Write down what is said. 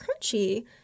crunchy